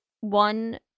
one